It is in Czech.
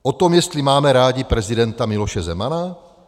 O tom, jestli máme rádi prezidenta Miloše Zemana?